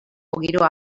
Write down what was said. giroa